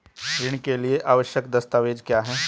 ऋण के लिए आवश्यक दस्तावेज क्या हैं?